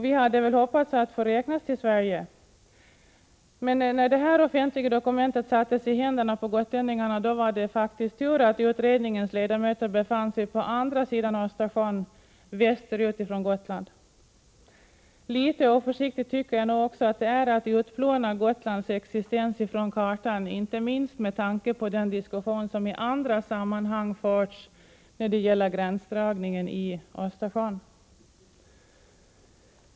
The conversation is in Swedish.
Vi hade hoppats att vi skulle få räknas till Sverige, men när detta offentliga dokument sattes i händerna på gotlänningarna då var det tur att utredningens ledamöter befann sig på andra sidan Östersjön — västerut från Gotland. Litet oförsiktigt tycker jag nog också att det är att utplåna Gotlands existens från kartan, inte minst med tanke på den diskussion som i andra sammanhang förts när det gäller gränsdragningen i Östersjön.